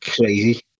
Crazy